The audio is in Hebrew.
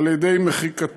על ידי מחיקתם,